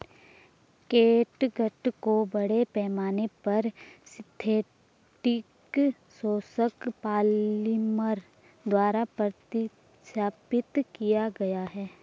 catgut को बड़े पैमाने पर सिंथेटिक शोषक पॉलिमर द्वारा प्रतिस्थापित किया गया है